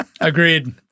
agreed